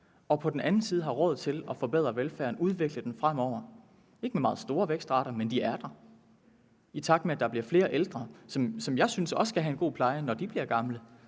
og på den anden side kan have råd til at forbedre velfærden og udvikle den fremover, ikke med meget store vækstrater, men de er der. Det skal ske, i takt med at der bliver flere ældre, som jeg synes også skal have en god pleje, når de bliver gamle,